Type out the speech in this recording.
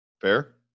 Fair